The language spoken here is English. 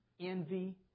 envy